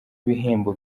ibihembo